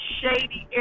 shady